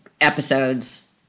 episodes